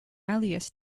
alias